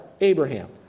Abraham